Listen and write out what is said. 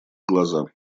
глаза